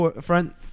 front